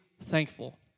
thankful